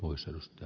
uistelusta